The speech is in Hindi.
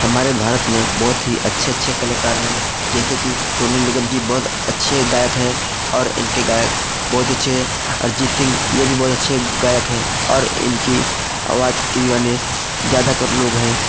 हमारे भारत में बहुत ही अच्छे अच्छे कलाकार हैं जैसे कि सोनू निगम जी बहुत अच्छे गायक हैं और इनके गायक बहुत अच्छे अरिजीत सिंह यह भी बहुत अच्छे गायक हैं और इनकी आवाज़ के दिवाने ज़्यादातर लोग हैं